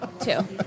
Two